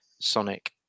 sonic